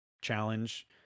challenge